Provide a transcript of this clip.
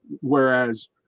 Whereas